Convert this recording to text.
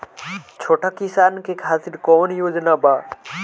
छोटा किसान के खातिर कवन योजना बा?